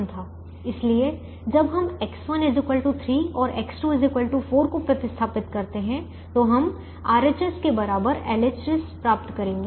इसलिए जब हम X1 3 और X2 4 को प्रतिस्थापित करते हैं तो हम RHS के बराबर LHS प्राप्त करेंगे